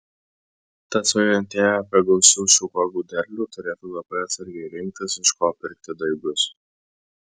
tad svajojantieji apie gausių šių uogų derlių turėtų labai atsargiai rinktis iš ko pirkti daigus